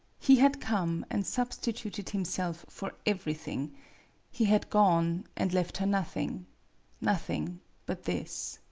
he had come, and substituted himself for everything he had gone, and left her nothing nothing but this.